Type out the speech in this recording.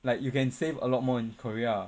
like you can save a lot more in korea ah